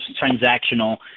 transactional